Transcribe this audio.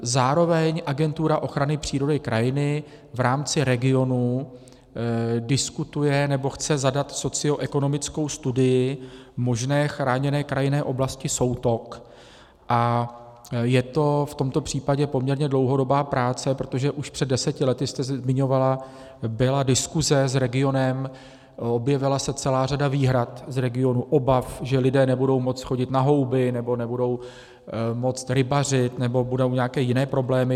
Zároveň Agentura ochrany přírody a krajiny v rámci regionů diskutuje, nebo chce zadat socioekonomickou studii možné chráněné krajinné oblasti Soutok a je to v tomto případě poměrně dlouhodobá práce, protože už před deseti lety, zmiňovala jste, byla diskuse s regionem, objevila se celá řada výhrad z regionu, obav, že lidé nebudou moci chodit na houby nebo nebudou moci rybařit nebo budou nějaké jiné problémy.